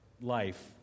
life